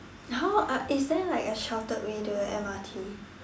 how uh is there like a sheltered way to the M_R_T